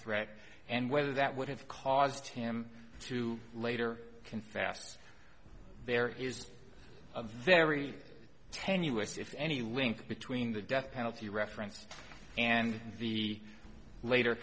threat and whether that would have caused him to later confess there is a very tenuous if any link between the death penalty reference and the later